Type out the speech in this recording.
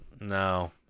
No